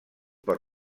per